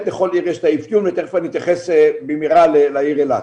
לכל עיר יש את האפיון ותכף אני אתייחס לעיר אילת.